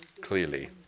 clearly